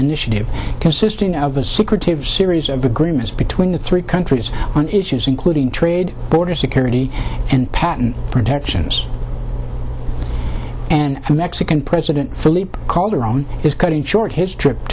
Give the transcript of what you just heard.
initiative consisting of a secretive series of agreements between the three countries on issues including trade border security and patent protections and mexican president felipe calderon is cutting short his trip